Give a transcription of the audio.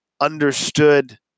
understood